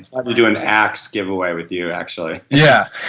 probably doing the ax give away with you actually yeah.